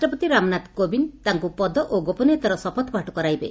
ରାଷ୍ଟପତି ରାମନାଥ କୋବିନ୍ଦ ତାଙ୍କୁ ପଦ ଓ ଗୋପନୀୟତାର ଶତପଥପାଠ କରାଇବେ